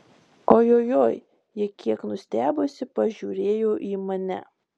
ojojoi ji kiek nustebusi pažiūrėjo į mane